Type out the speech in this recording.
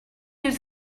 his